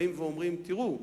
באים ואומרים: תראו,